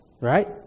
right